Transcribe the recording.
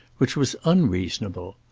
which was unreasonable.